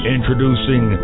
Introducing